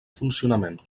funcionament